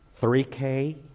3K